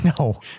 No